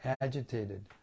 agitated